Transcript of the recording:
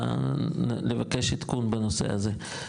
לבקש עדכון בנושא הזה.